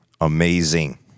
amazing